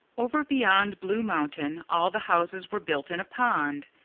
over beyond blue mountain all the houses were built in a pond.